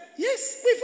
Yes